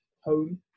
home